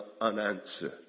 unanswered